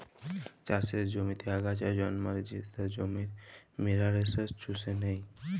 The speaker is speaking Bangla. চাষের জমিতে আগাছা জল্মালে সেট জমির মিলারেলস চুষে লেই